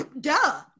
Duh